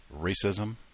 racism